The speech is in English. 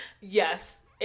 Yes